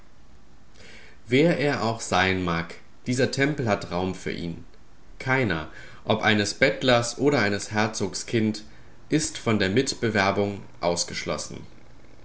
wer er auch sein mag dieser tempel hat raum für ihn keiner ob eines bettlers oder eines herzogs kind ist von der mitbewerbung ausgeschlossen